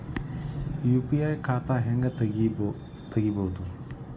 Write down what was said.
UPI ಖಾತಾ ಹೆಂಗ್ ತೆರೇಬೋದು?